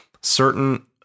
certain